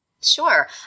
Sure